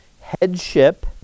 headship